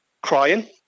crying